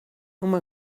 uma